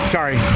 Sorry